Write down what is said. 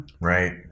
Right